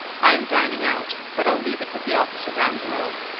i am dining out, but i'll leave it with the officer down below.